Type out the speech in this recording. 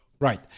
right